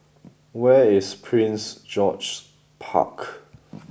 where is Prince George's Park